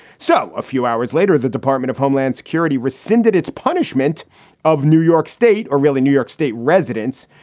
so a few hours later, the department of homeland security rescinded its punishment of new york state or really new york state residents,